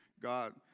God